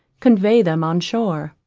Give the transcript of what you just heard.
convey them on shore.